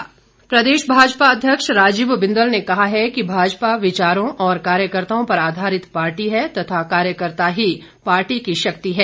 राजीव बिंदल प्रदेश भाजपा अध्यक्ष राजीव बिंदल ने कहा है कि भाजपा विचारों और कार्यकर्ताओं पर आधारित पार्टी है तथा कार्यकर्ता ही पार्टी की शक्ति है